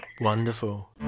Wonderful